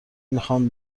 میخوام